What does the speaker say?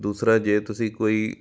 ਦੂਸਰਾ ਜੇ ਤੁਸੀਂ ਕੋਈ